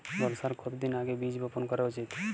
বর্ষার কতদিন আগে বীজ বপন করা উচিৎ?